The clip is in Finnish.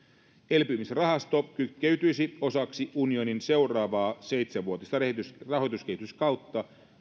elpymisrahasto kytkeytyisi osaksi unionin seuraavaa seitsenvuotista rahoituskehyskautta